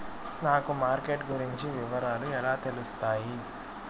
నాకు మార్కెట్ గురించి వివరాలు ఎలా తెలుస్తాయి?